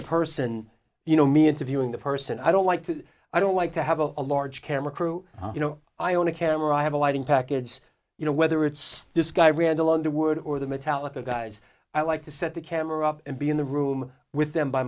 the person you know me interviewing the person i don't like that i don't like to have a large camera crew you know i own a camera i have a lighting package you know whether it's this guy randall underwood or the metallica guys i like to set the camera up and be in the room with them by